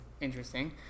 interesting